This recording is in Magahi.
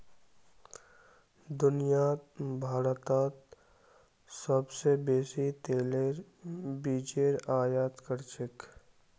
दुनियात भारतत सोबसे बेसी तेलेर बीजेर आयत कर छेक